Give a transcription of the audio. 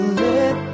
let